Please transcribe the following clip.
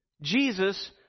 Jesus